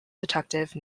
detective